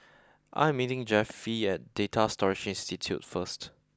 I am meeting Jeffie at Data Storage Institute first